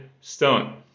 stone